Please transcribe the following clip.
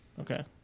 Okay